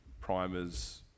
primers